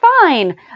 fine